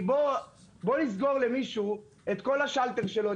בואו נוריד למישהו את השלטר שלו,